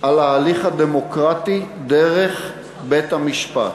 על ההליך הדמוקרטי דרך בית-המשפט,